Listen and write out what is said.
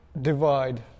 divide